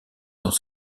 dans